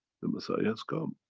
the messiah has come.